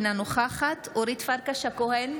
אינה נוכחת אורית פרקש הכהן,